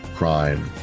crime